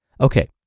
Okay